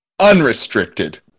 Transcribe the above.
unrestricted